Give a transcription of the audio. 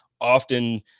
often